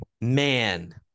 Man